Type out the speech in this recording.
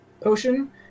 potion